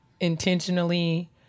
intentionally